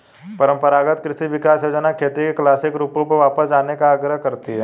परम्परागत कृषि विकास योजना खेती के क्लासिक रूपों पर वापस जाने का आग्रह करती है